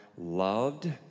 loved